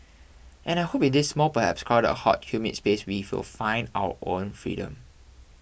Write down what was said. and I hope in this small perhaps crowded hot humid space we will find our own freedom